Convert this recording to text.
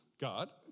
God